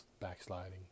backsliding